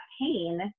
pain